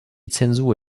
zensur